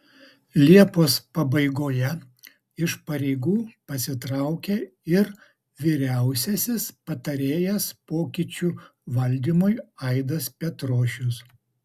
liepos pabaigoje iš pareigų pasitraukė ir vyriausiasis patarėjas pokyčių valdymui aidas petrošius